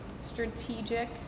strategic